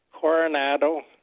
Coronado